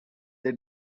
they